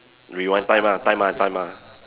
rewind time ah time ah time ah